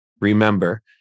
Remember